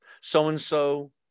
So-and-so